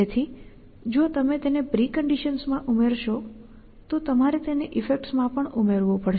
તેથી જો તમે તેને પ્રિકન્ડિશન્સ માં ઉમેરશો તો તમારે તેને ઈફેક્ટ્સ માં પણ ઉમેરવું પડશે